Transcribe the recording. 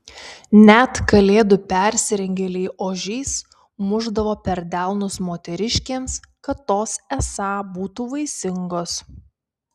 net kalėdų persirengėliai ožiais mušdavo per delnus moteriškėms kad tos esą būtų vaisingos